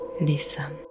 listen